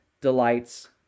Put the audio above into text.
delights